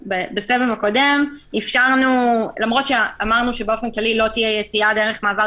בסבב הקודם אף על פי שאמרנו שבאופן כללי לא תהיה יציאה דרך מעבר